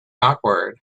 awkward